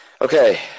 Okay